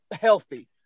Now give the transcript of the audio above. healthy